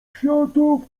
kwiatów